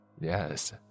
Yes